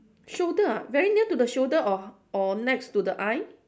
shoulder ah very near to the shoulder or or next to the eye